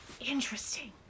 Interesting